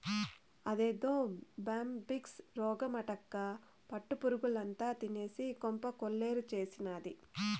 అదేదో బ్యాంబిక్స్ రోగమటక్కా పట్టు పురుగుల్నంతా తినేసి కొంప కొల్లేరు చేసినాది